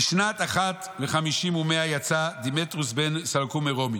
"בשנת אחת וחמישים ומאה יצא דמיטריוס בן סלבקוס מרומי,